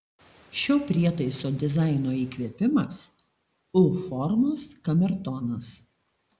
šio prietaiso dizaino įkvėpimas u formos kamertonas